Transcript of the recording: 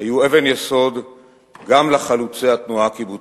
היו אבן יסוד גם לחלוצי התנועה הקיבוצית.